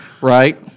right